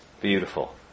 beautiful